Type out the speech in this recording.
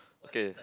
okay